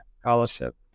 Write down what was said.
scholarship